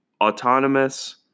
autonomous